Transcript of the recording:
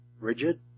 Rigid